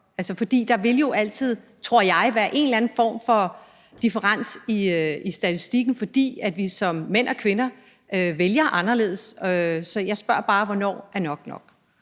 nok? For der vil jo altid, tror jeg, være en eller anden form for differens i statistikken, fordi vi som mænd og kvinder vælger anderledes. Så jeg spørger bare, hvornår nok er